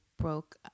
broke